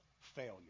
failure